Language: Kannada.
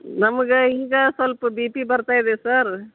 ನಮಗೆ ಈಗ ಸೊಲ್ಪ ಬಿ ಪಿ ಬರ್ತಾಯಿದೆ ಸರ್